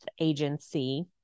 agency